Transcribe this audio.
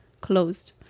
closed